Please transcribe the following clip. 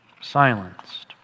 silenced